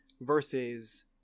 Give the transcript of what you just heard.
versus